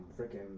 freaking